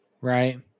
Right